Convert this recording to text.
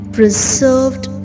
Preserved